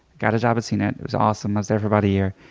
got a job at c-net, it was awesome. i was there for about a year.